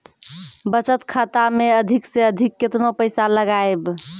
बचत खाता मे अधिक से अधिक केतना पैसा लगाय ब?